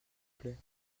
plait